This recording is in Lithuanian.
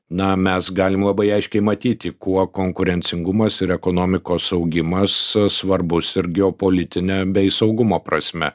na mes galim labai aiškiai matyti kuo konkurencingumas ir ekonomikos augimas svarbus ir geopolitine bei saugumo prasme